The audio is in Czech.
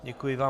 Děkuji vám.